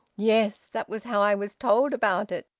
yes! that was how i was told about it.